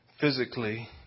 physically